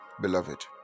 Beloved